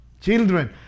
Children